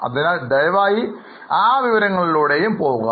അതിനാൽ ദയവായി ആ വിവരങ്ങളിലൂടെയും പോകുക